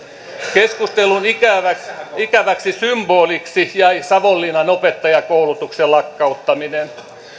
keskustelun ikäväksi ikäväksi symboliksi jäi savonlinnan opettajakoulutuksen lakkauttaminen